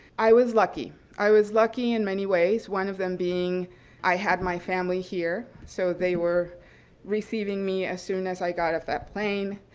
i was lucky. i was lucky in many ways. one of them being i had my family here, so they were receiving me as soon as i got off that plane.